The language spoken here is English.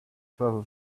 travel